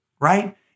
right